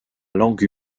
langue